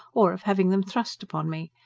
or of having them thrust upon me.